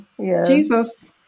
Jesus